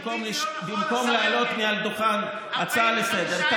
במקום להעלות מעל הדוכן הצעה לסדר-היום,